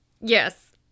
Yes